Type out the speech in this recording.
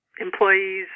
employees